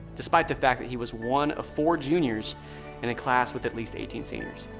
despite the fact that he was one of four juniors in a class with at least eighteen seniors.